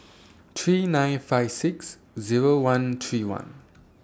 three nine five six Zero one three one